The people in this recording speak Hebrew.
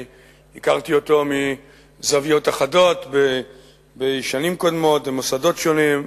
אני הכרתי אותו מזוויות אחדות בשנים קודמות ובמוסדות שונים.